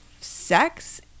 sex